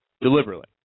Deliberately